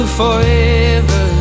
forever